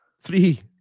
Three